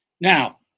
now